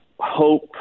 hope